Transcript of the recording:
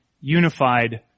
unified